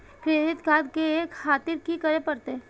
Credit card ले खातिर की करें परतें?